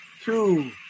Two